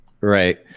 Right